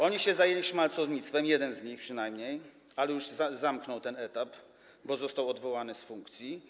Oni się zajęli szmalcownictwem, jeden z nich przynajmniej, ale już zamknął ten etap, bo został odwołany z funkcji.